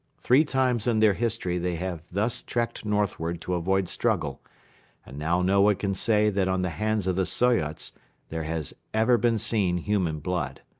three times in their history they have thus trekked northward to avoid struggle and now no one can say that on the hands of the soyots there has ever been seen human blood.